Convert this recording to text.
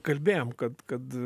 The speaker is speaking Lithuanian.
kalbėjom kad kad